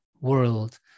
world